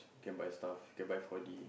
can buy stuff can buy four D